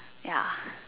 ya